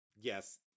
yes